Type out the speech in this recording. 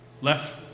Left